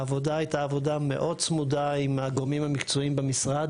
העבודה הייתה עבודה מאוד צמודה עם הגורמים המקצועיים במשרד,